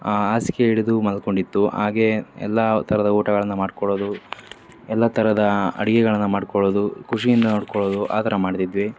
ಹಾಸ್ಗೆ ಹಿಡಿದು ಮಲ್ಕೊಂಡಿತ್ತು ಹಾಗೇ ಎಲ್ಲ ಥರದ ಊಟಗಳನ್ನು ಮಾಡ್ಕೊಳ್ಳೋದು ಎಲ್ಲ ಥರದ ಅಡಿಗೆಗಳನ್ನು ಮಾಡ್ಕೊಳ್ಳೋದು ಖುಷಿಯಿಂದ ನೋಡ್ಕೊಳ್ಳೋದು ಆ ಥರ ಮಾಡಿದ್ವಿ